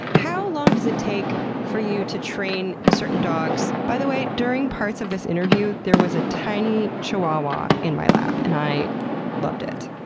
how long does it take for you to train certain dogs? by the way, during parts of this interview, there was a tiny chihuahua in my lap and i loved it.